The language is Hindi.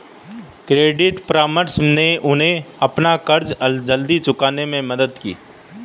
क्रेडिट परामर्श ने उन्हें अपना कर्ज जल्दी चुकाने में मदद की